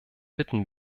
bitten